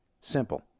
Simple